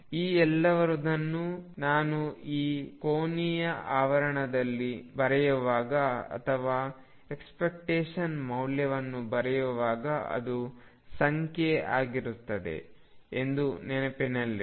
ಈ ಎಲ್ಲದರಲ್ಲೂ ನಾನು ಈ ಕೋನೀಯ ಆವರಣವನ್ನು ಬರೆಯುವಾಗ ಅಥವಾ ಎಕ್ಸ್ಪೆಕ್ಟೇಶನ್ ಮೌಲ್ಯವನ್ನು ಬರೆಯುವಾಗ ಅದು ಸಂಖ್ಯೆ ಆಗಿರುತ್ತದೆ ಎಂದು ನೆನಪಿನಲ್ಲಿಡಿ